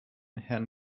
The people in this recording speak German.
herrn